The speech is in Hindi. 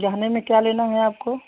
गहने में क्या लेना है आपको